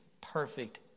perfect